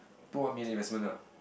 put one million investment lah